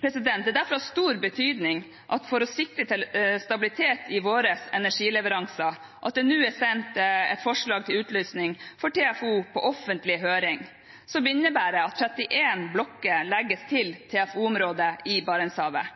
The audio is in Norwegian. Det er derfor av stor betydning for å sikre stabilitet i våre energileveranser at det nå er sendt på offentlig høring et forslag til utlysning for TFO som innebærer at 31 blokker legges til TFO-området i Barentshavet.